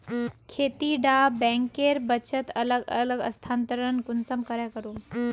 खेती डा बैंकेर बचत अलग अलग स्थानंतरण कुंसम करे करूम?